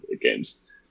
games